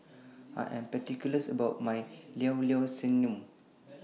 I Am particular about My Llao Llao Sanum